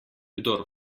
kdor